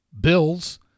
Bills